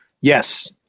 Yes